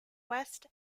west